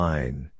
Line